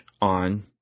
on